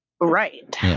right